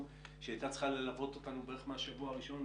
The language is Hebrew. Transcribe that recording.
שהייתה צריכה ללוות אותנו בערך מהשבוע הראשון,